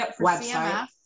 website